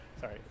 sorry